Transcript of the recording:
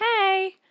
hey